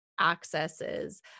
accesses